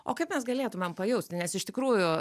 o kaip mes galėtumėm pajausti nes iš tikrųjų